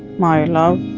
my love.